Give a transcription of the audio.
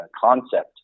concept